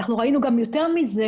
ראינו יותר מזה